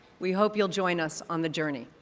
we hope you'll join us on the journey.